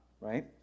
right